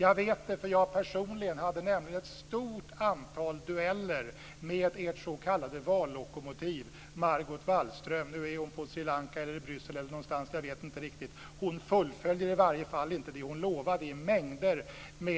Jag vet det, därför att jag hade ett stort antal dueller med ert s.k. vallokomotiv Margot Wallström. Nu är hon på Sri Lanka, i Bryssel eller någonstans - jag vet inte riktigt. Hon fullföljde i varje fall inte det hon lovade i mängder